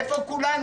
איפה כולנו?